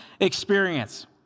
experience